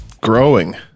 Growing